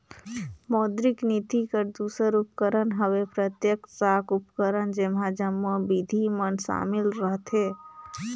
मौद्रिक नीति कर दूसर उपकरन हवे प्रत्यक्छ साख उपकरन जेम्हां जम्मो बिधि मन सामिल रहथें